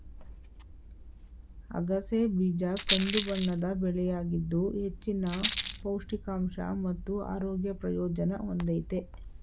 ಅಗಸೆ ಬೀಜ ಕಂದುಬಣ್ಣದ ಬೆಳೆಯಾಗಿದ್ದು ಹೆಚ್ಚಿನ ಪೌಷ್ಟಿಕಾಂಶ ಮತ್ತು ಆರೋಗ್ಯ ಪ್ರಯೋಜನ ಹೊಂದಯ್ತೆ